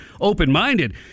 open-minded